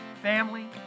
Family